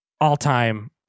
all-time